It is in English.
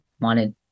wanted